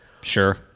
Sure